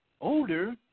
older